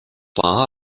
war